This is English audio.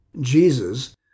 Jesus